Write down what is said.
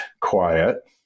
quiet